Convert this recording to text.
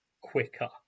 quicker